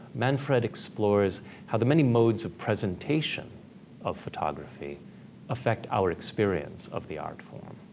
manfred explores how the many modes of presentation of photography affect our experience of the art form.